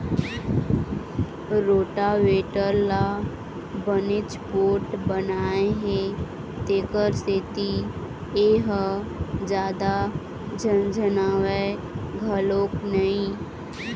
rotavator ल बनेच पोठ बनाए हे तेखर सेती ए ह जादा झनझनावय घलोक नई